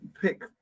pick